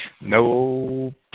no